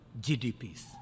GDPs